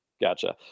Gotcha